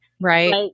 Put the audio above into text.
Right